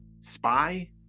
spy